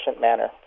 manner